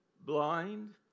blind